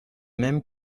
même